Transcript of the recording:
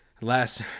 Last